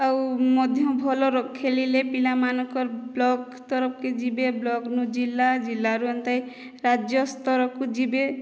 ଆଉ ମଧ୍ୟ ଭଲର ଖେଲିଲେ ପିଲାମାନଙ୍କର ବ୍ଲକ୍ ସ୍ଥରକେ ଯିବେ ବ୍ଲକ୍ନୁ ଜିଲ୍ଲା ଜିଲ୍ଲାରୁ ଏନ୍ତା ରାଜ୍ୟସ୍ଥରକୁ ଯିବେ